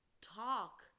talk